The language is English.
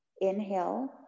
Inhale